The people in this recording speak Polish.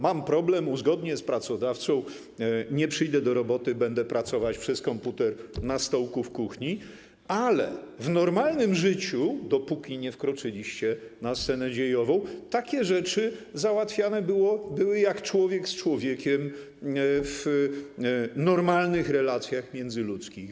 Mam problem, uzgodnię z pracodawcą, nie przyjdę do roboty, będę pracować przy komputerze na stołku w kuchni, ale w normalnym życiu, dopóki nie wkroczyliście na scenę dziejową, takie rzeczy załatwiane były jak człowiek z człowiekiem, w normalnych relacjach międzyludzkich.